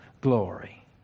glory